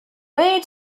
where